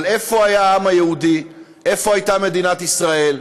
אבל איפה היה העם היהודי, איפה הייתה מדינת ישראל,